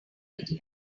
idea